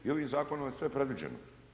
Ovim Zakonom je sve predviđeno.